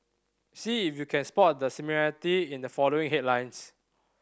see if you can spot the similarity in the following headlines